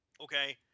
Okay